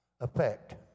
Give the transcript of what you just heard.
Effect